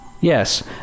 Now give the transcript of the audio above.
Yes